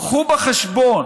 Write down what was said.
קחו בחשבון,